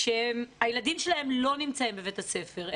שהילדים שלהם לא נמצאים בבית הספר.